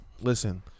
Listen